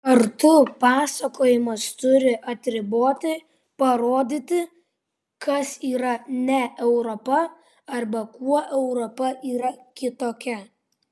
kartu pasakojimas turi atriboti parodyti kas yra ne europa arba kuo europa yra kitokia